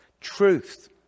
Truth